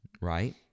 right